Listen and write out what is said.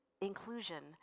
inclusion